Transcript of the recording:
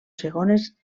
segones